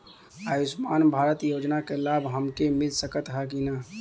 आयुष्मान भारत योजना क लाभ हमके मिल सकत ह कि ना?